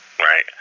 Right